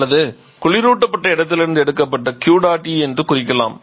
அல்லது குளிரூட்டப்பட்ட இடத்திலிருந்து எடுக்கப்பட்ட Q dot E என்று குறிக்கலாம்